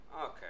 Okay